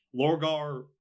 Lorgar